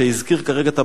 שהזכיר כרגע את הבעיה,